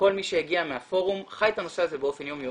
כל מי שהגיע מהפורום חי את הנושא הזה באופן יום יומי.